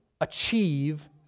achieve